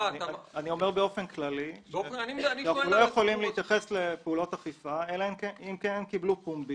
אמרתי שאנחנו לא יכולים להתייחס לפעולות אכיפה אלא אם הן קיבלו פומביות.